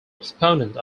exponent